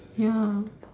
ya